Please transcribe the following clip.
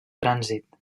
trànsit